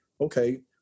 okay